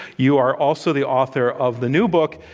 you are also the author of the new book,